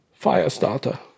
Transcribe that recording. Firestarter